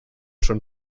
schon